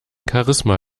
charisma